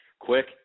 Quick